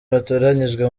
batoranyijwe